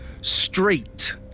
street